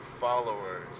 followers